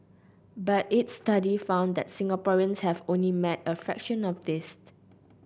but its study found that Singaporeans have only met a fraction of this